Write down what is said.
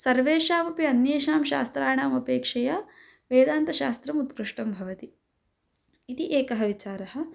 सर्वेषामपि अन्येषां शास्त्राणाम् अपेक्षया वेदान्तशास्त्रम् उत्कृष्टं भवति इति एकः विचारः